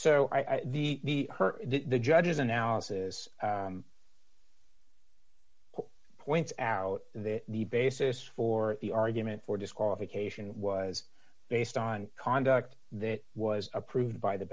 so i the her the judge's analysis points out there the basis for the argument for disqualification was based on conduct that was approved by the